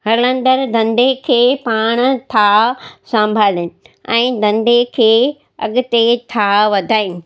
हलंदड़ धंधे खे पाण था संभालनि ऐं धंधे खे अॻिते था वधाइनि